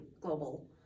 global